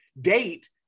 date